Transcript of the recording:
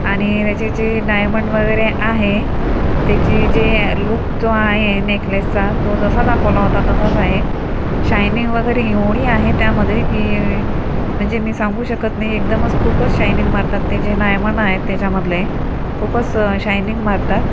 आनी त्याचे जे डायमंड वगेरे आहे त्याची जे लूक जो आहे नेकलेसचा तो जसा दाखवला होता तसाच आहे शायनिंग वगेरे येव्हढी आहे त्यामधे की म्हणजे मी सांगू शकत नाही एकदमच खुपच शायनिंग मारतात ते जे डायमंड आहे त्याचा मधले खुपच शायनिंग मारतात